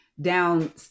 down